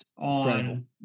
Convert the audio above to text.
on